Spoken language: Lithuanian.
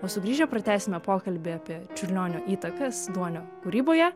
o sugrįžę pratęsime pokalbį apie čiurlionio įtakas duonio kūryboje